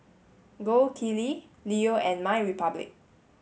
Gold Kili Leo and MyRepublic